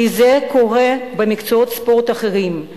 כי זה קורה במקצועות ספורט אחרים.